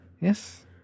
Yes